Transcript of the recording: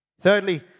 Thirdly